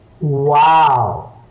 Wow